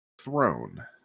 throne